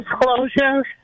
disclosure